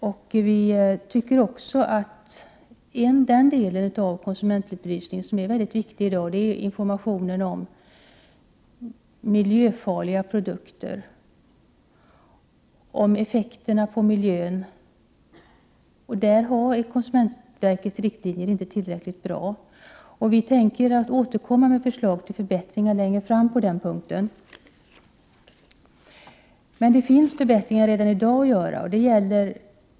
En mycket viktig del av konsumentupplysningen i dag är informationen om miljöfarliga produker och effekterna på miljön. Konsumentverkets riktlinjer är inte tillräckligt bra när det gäller detta. Vi i miljöpartiet kommer längre fram att återkomma med förslag till förbättringar på den punkten. Men det finns redan i dag förbättringar som kan göras.